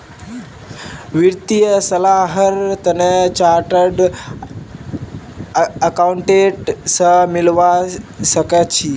वित्तीय सलाहर तने चार्टर्ड अकाउंटेंट स मिलवा सखे छि